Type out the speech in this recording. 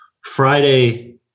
Friday